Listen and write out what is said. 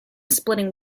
splitting